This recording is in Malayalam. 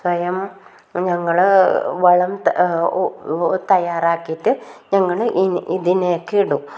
സ്വയം ഞങ്ങൾ വളം തയ്യാറാക്കിയിട്ട് ഞങ്ങൾ ഇതിനൊക്കെ ഇടും